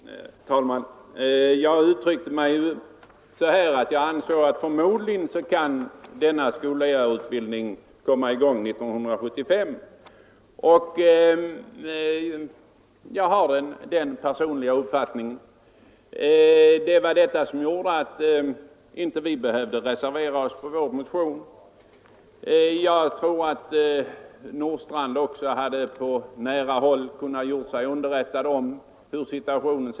Herr talman! Jag uttryckte mig så att skolledarutbildningen förmodligen skulle kunna komma i gång 1975. Det är min personliga uppfattning. Det var detta som gjorde att vi inte reserverade oss för vår motion. Jag tror att också herr Nordstrandh på nära håll hade kunnat göra sig underrättad om situationen.